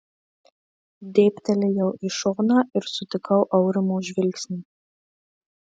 dėbtelėjau į šoną ir sutikau aurimo žvilgsnį